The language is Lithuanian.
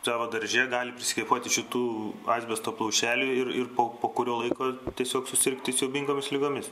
savo darže gali prisikvėpuoti šitų asbesto plaušelių ir ir po po kurio laiko tiesiog susirgti siaubingomis ligomis